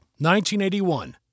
1981